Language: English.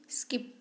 skip